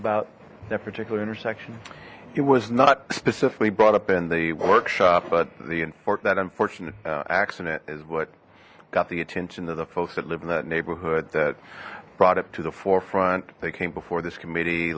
about that particular intersection it was not specifically brought up in the workshop but the import that unfortunate accident is what got the attention of the folks that live in that neighborhood that brought up to the forefront they came before this committee